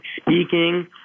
speaking